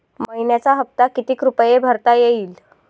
मइन्याचा हप्ता कितीक रुपये भरता येईल?